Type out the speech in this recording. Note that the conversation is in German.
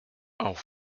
auf